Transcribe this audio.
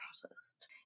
processed